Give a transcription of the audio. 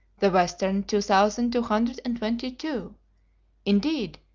the western two thousand two hundred and twenty-two indeed,